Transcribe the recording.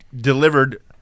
delivered